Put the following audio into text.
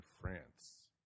France